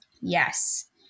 yes